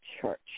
Church